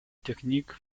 technique